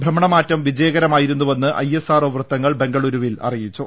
ഭ്രമണമാറ്റം വിജയകരമായിരുന്നുവെന്ന് ഐഎസ്ആർഒ വൃത്തങ്ങൾ ബംഗളൂരുവിൽ അറിയിച്ചു